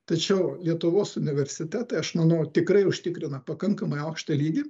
tačiau lietuvos universitetai aš manau tikrai užtikrina pakankamai aukštą lygį